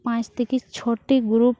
ᱯᱟᱸᱪ ᱛᱷᱮᱠᱮ ᱪᱷᱚᱴᱤ